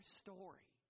story